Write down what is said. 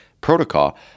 protocol